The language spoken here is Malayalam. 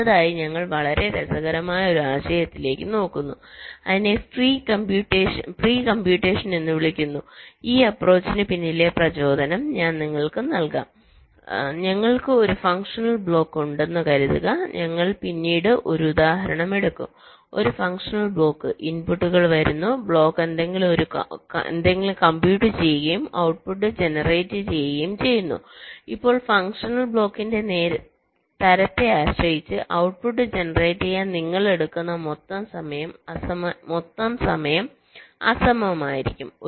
അടുത്തതായി ഞങ്ങൾ വളരെ രസകരമായ ഒരു ആശയത്തിലേക്ക് നോക്കുന്നു അതിനെ പ്രീ കമ്പ്യൂട്ടേഷൻ എന്ന് വിളിക്കുന്നു ഈ അപ്പ്രോച്ചിന് പിന്നിലെ പ്രചോദനം ഞാൻ നിങ്ങൾക്ക് നൽകട്ടെ ഞങ്ങൾക്ക് ഒരു ഫങ്ഷണൽ ബ്ലോക്ക് ഉണ്ടെന്ന് കരുതുക ഞങ്ങൾ പിന്നീട് ഒരു ഉദാഹരണം എടുക്കും ഒരു ഫങ്ഷണൽ ബ്ലോക്ക് ഇൻപുട്ടുകൾ വരുന്നു ബ്ലോക്ക് എന്തെങ്കിലും കമ്പ്യൂട്ട് ചെയ്യുകയും ഔട്ട്പുട്ട് ജനറേറ്റ് ചെയ്യുകയും ചെയ്യുന്നു ഇപ്പോൾ ഫങ്ഷണൽ ബ്ലോക്കിന്റെ തരത്തെ ആശ്രയിച്ച് ഔട്ട്പുട്ട് ജനറേറ്റുചെയ്യാൻ നിങ്ങൾ എടുക്കുന്ന മൊത്തം സമയം അസമമായിരിക്കും